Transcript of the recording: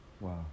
Wow